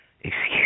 Excuse